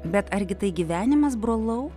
bet argi tai gyvenimas brolau